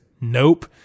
Nope